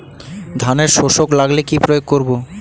ধানের শোষক লাগলে কি প্রয়োগ করব?